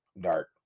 dark